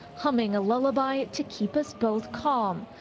humming a lullaby to keep us both calm.